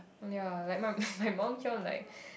oh ya like my my mum keep on like